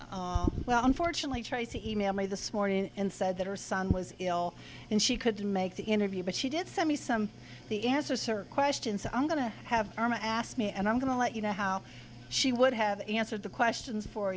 here well unfortunately tracy emailed me this morning and said that her son was ill and she couldn't make the interview but she did send me some the answer certain questions i'm going to have asked me and i'm going to let you know how she would have answered the questions for